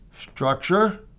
Structure